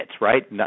right